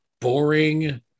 boring